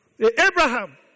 Abraham